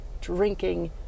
drinking